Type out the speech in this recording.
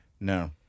no